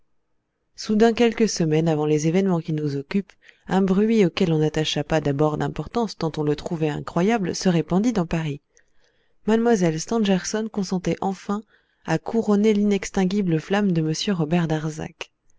soudain quelques semaines avant les événements qui nous occupent un bruit auquel on n'attacha pas d'abord d'importance tant on le trouvait incroyable se répandit dans paris mlle stangerson consentait enfin à couronner l'inextinguible flamme de m robert darzac